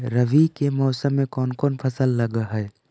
रवि के मौसम में कोन कोन फसल लग है?